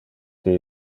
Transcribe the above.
que